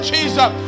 Jesus